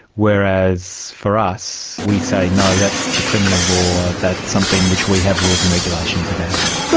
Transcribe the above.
whereas for us we say, no, that's the criminal law, that's something which we have rules and regulations about?